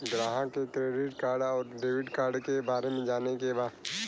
ग्राहक के credit card और डेविड कार्ड के बारे में जाने के बा?